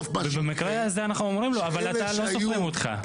במקרה הזה אנחנו אומרים לו, אתה, לא סופרים אותך.